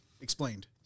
Explained